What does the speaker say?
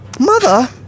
Mother